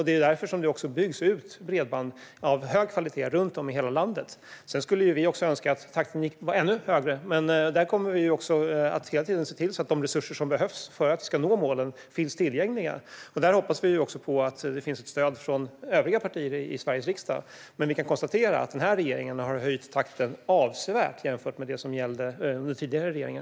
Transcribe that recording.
Det är därför som bredband av hög kvalitet byggs ut runt om i hela landet. Vi skulle önska att takten var ännu högre, men där kommer vi att hela tiden se till att de resurser som behövs för att nå målen finns tillgängliga. Där hoppas vi på stöd från övriga partier i Sveriges riksdag. Vi kan konstatera att den här regeringen har höjt takten avsevärt jämfört med det som gällde under tidigare regeringar.